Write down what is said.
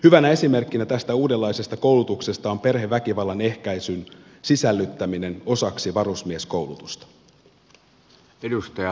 hyvänä esimerkkinä tästä uudenlaisesta koulutuksesta on perheväkivallan ehkäisyn sisällyttäminen osaksi varusmieskoulutusta